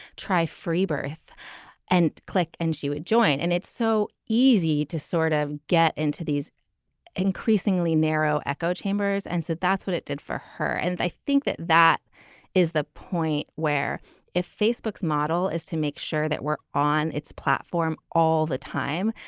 try free birth and click. and she would join. and it's so easy to sort of get into these increasingly narrow echo chambers and said that's what it did for her. and i think that that is the point where if facebooks model is to make sure that we're on its platform all the time,